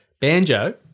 Banjo